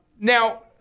Now